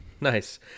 Nice